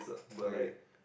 okay